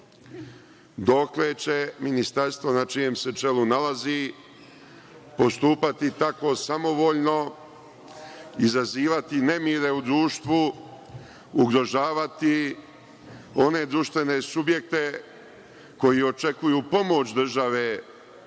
dokle će ministarstvu na čijem se čelu nalazi postupati tako samovoljno, izazivati nemire u društvu, ugrožavati one društvene subjekte koji očekuju pomoć države,